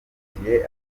yavukiye